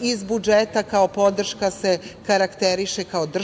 iz budžeta kao podrška se karakteriše kao državna